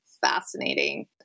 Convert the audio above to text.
fascinating